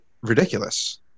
ridiculous